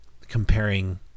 comparing